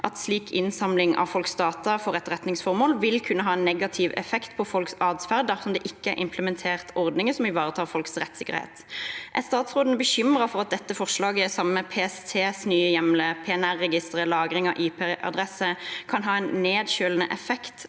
at slik innsamling av folks data for etterretningsformål vil kunne ha en negativ effekt på folks atferd dersom det ikke er implementert ordninger som ivaretar folks rettssikkerhet. Er statsråden bekymret for at dette forslaget, sammen med PSTs nye hjemler når det gjelder PNR-registre og lagring av IP-adresser, kan ha en nedkjølende effekt,